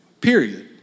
period